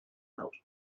out